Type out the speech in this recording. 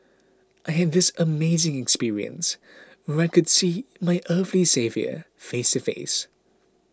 I had this amazing experience where I could see my earthly saviour face to face